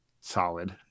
solid